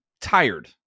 tired